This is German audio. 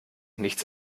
nichts